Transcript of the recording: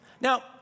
Now